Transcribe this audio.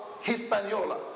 Hispaniola